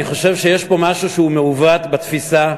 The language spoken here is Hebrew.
אני חושב שיש פה משהו שהוא מעוות בתפיסה,